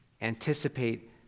anticipate